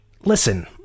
listen